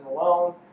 alone